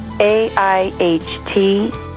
A-I-H-T